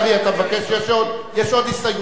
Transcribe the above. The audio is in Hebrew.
יש עוד הסתייגות אחת,